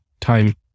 time